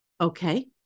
okay